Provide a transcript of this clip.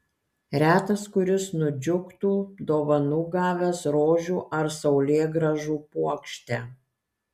retas kuris nudžiugtų dovanų gavęs rožių ar saulėgrąžų puokštę